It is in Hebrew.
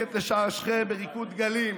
ללכת לשער שכם בריקוד דגלים,